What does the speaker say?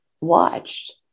watched